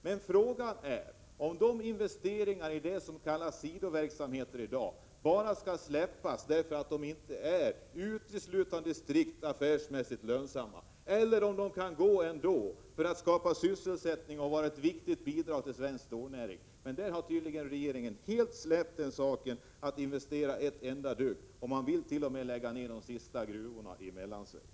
Men frågan är om investeringar i det som i dag kallas sidoverksamheter bara skall släppas, därför att de inte är strikt affärsmässigt lönsamma, eller om man kan göra de investeringarna ändå för att de skapar sysselsättning och är ett viktigt bidrag till svensk stålnäring. Regeringen har tydligen helt släppt den saken och investerar inte ett enda dugg. Man villt.o.m. lägga ner de sista gruvorna i Mellansverige.